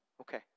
okay